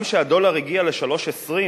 גם כשהדולר הגיע ל-3.20